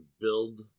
build